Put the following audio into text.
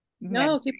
no